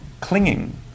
clinging